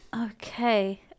okay